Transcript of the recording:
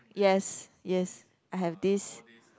yes yes I have this